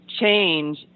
change